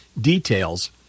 details